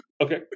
Okay